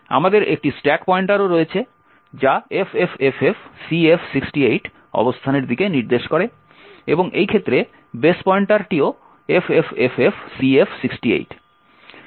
আমাদের একটি স্ট্যাক পয়েন্টারও রয়েছে যা ffffcf68 অবস্থানের দিকে নির্দেশ করে এবং এই ক্ষেত্রে বেস পয়েন্টারটিও ffffcf68